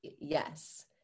Yes